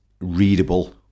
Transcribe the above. readable